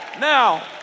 Now